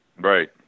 Right